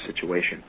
situation